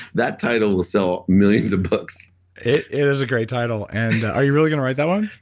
that title will sell millions of books it it was a great title. and are you really going to write that one?